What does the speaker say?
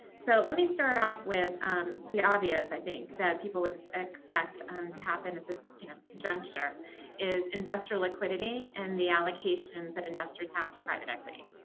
so let me start off with the obvious, i think, that people would expect um to happen at this you know juncture is investor liquidity and the allocations that investors have to private equity.